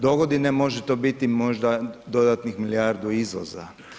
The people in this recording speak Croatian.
Do godine može to biti možda dodatnih milijardu izvoza.